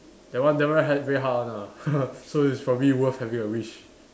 that one never had really hard one lah so it's probably worth having a wish